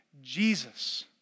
Jesus